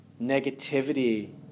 negativity